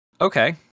Okay